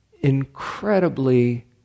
incredibly